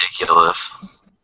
ridiculous